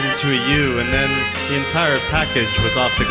through you and then the entire package was off